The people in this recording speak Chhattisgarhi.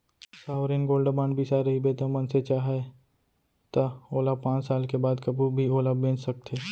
सॉवरेन गोल्ड बांड बिसाए रहिबे त मनसे चाहय त ओला पाँच साल के बाद कभू भी ओला बेंच सकथे